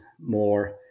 more